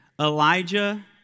Elijah